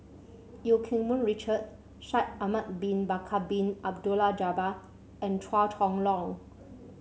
Eu Keng Mun Richard Shaikh Ahmad Bin Bakar Bin Abdullah Jabbar and Chua Chong Long